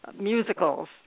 musicals